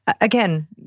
Again